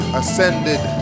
ascended